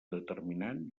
determinant